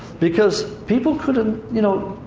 because people couldn't you know,